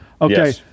Okay